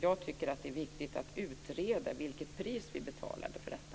Jag tycker att det är viktigt att utreda vilket pris vi betalade för detta.